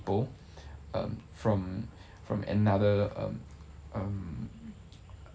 people um from from another um um